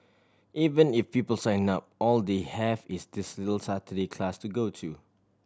even if people sign up all they have is this little Saturday class to go to